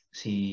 si